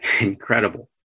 Incredible